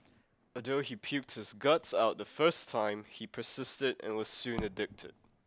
although he puked his guts out the first time he persisted and was soon addicted